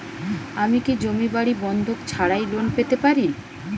আমি কি জমি বাড়ি বন্ধক ছাড়াই লোন পেতে পারি?